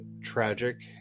tragic